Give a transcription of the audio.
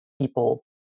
people